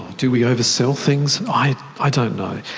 do we oversell things? i i don't know.